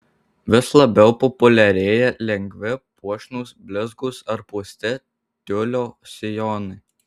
vis labiau populiarėja lengvi puošnūs blizgūs ar pūsti tiulio sijonai